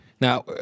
Now